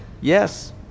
Yes